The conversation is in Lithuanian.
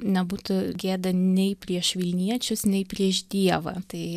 nebūtų gėda nei prieš vilniečius nei prieš dievą tai